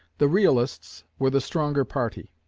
the realists were the stronger party,